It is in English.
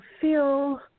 feel